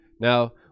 Now